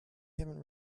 haven’t